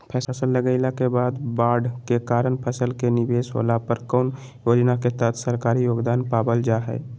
फसल लगाईला के बाद बाढ़ के कारण फसल के निवेस होला पर कौन योजना के तहत सरकारी योगदान पाबल जा हय?